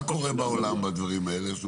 מה קורה בעולם בדברים האלה?